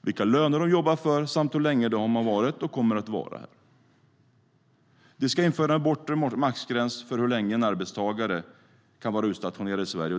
vilka löner de jobbar för samt hur länge de har varit och kommer att vara här. Det ska införas en bortre maxgräns för hur länge en arbetstagare kan vara utstationerad i Sverige.